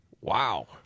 Wow